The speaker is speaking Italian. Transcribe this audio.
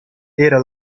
era